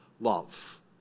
love